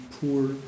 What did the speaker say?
poor